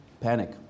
panic